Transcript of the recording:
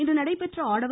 இன்று நடைபெற்ற ஆடவர்